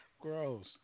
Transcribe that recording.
gross